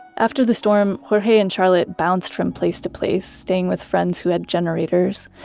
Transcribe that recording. after the storm, jorge and charlot bounced from place to place, staying with friends who had generators.